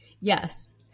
Yes